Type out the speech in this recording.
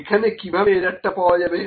এখানে কিভাবে এরার টা পাওয়া যাবে